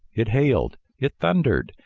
it hailed, it thundered,